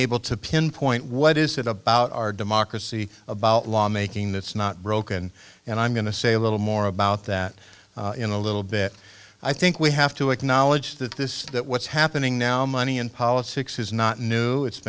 able to pinpoint what is it about our democracy about lawmaking that's not broken and i'm going to say a little more about that in a little bit i think we have to acknowledge that this that what's happening now money in politics is not new it's